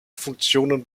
funktionen